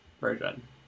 version